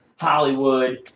Hollywood